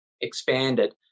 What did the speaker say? expanded